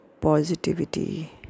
positivity